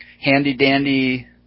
handy-dandy